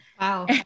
Wow